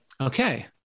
okay